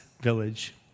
village